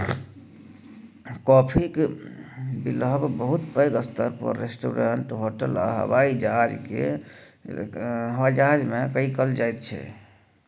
काफीक बिलहब बहुत पैघ स्तर पर रेस्टोरेंट, होटल आ हबाइ जहाज मे कएल जाइत छै